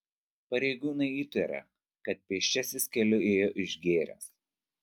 pareigūnai įtaria kad pėsčiasis keliu ėjo išgėręs